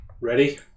Ready